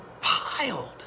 piled